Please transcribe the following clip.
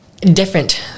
different